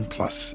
Plus